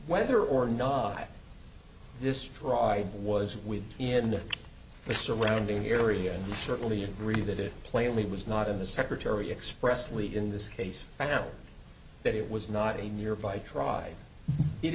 whether or not i this tried was with in the surrounding area certainly agree that it plainly was not in the secretary expressly in this case and now that it was not a nearby try it